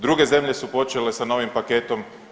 Druge zemlje su počele sa novim paketom.